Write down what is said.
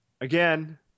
again